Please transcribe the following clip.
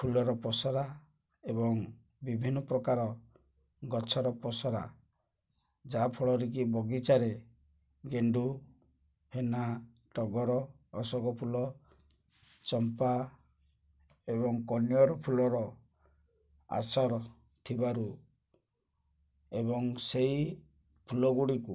ଫୁଲର ପଷରା ଏବଂ ବିଭିନ୍ନ ପ୍ରକାର ଗଛର ପଷରା ଯାହାଫଳରେ କି ବଗିଚାରେ ଗେଣ୍ଡୁ ହେନା ଟଗର ଅଶୋକ ଫୁଲ ଚମ୍ପା ଏବଂ କନିଅର ଫୁଲର ଆସର ଥିବାରୁ ଏବଂ ସେଇ ଫୁଲ ଗୁଡ଼ିକୁ